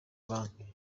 banki